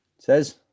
Says